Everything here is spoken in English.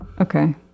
Okay